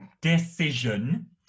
Decision